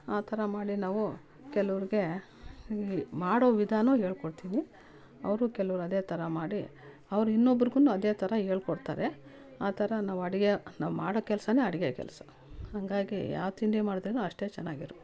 ಆ ಥರ ಮಾಡಿ ನಾವು ಕೆಲವ್ರಿಗೆ ಮಾಡೋ ವಿಧಾನೂ ಹೇಳಿಕೊಡ್ತೀನಿ ಅವ್ರು ಕೆಲವ್ರು ಅದೇ ಥರ ಮಾಡಿ ಅವ್ರು ಇನ್ನೊಬ್ರುಗು ಅದೇ ಥರ ಹೇಳಿಕೊಡ್ತಾರೆ ಆ ಥರ ನಾವು ಅಡಿಗೆ ನಾವು ಮಾಡೋ ಕೆಲ್ಸಾನೆ ಅಡಿಗೆ ಕೆಲಸ ಹಂಗಾಗಿ ಯಾವ ತಿಂಡಿ ಮಾಡಿದ್ರೆನು ಅಷ್ಟೆ ಚೆನ್ನಾಗಿರುತ್ತೆ